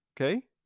okay